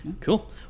Cool